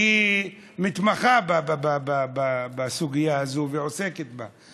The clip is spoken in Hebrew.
שהיא מתמחה בסוגיה הזאת ועוסקת בה,